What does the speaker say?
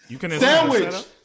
Sandwich